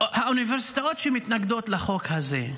האוניברסיטאות שמתנגדות לחוק הזה,